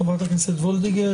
חברת הכנסת וולדיגר.